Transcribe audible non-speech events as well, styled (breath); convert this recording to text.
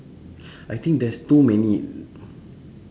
(breath) I think there's too many